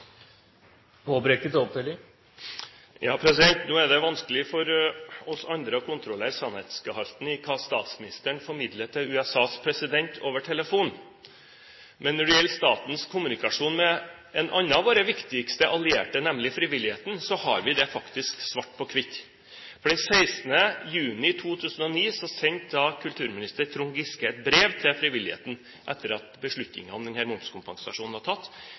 Nå er det vanskelig for oss andre å kontrollere sannhetsgehalten i hva statsministeren formidler til USAs president over telefon, men når det gjelder statens kommunikasjon med en annen av våre viktigste allierte, nemlig frivilligheten, har vi det faktisk svart på hvitt. Den 16. juni 2009 sendte daværende kulturminister Trond Giske et brev til frivilligheten etter at beslutningen om momskompensasjonen var tatt.